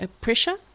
pressure